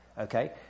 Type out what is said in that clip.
Okay